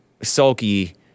sulky